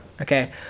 okay